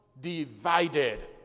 divided